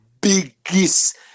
biggest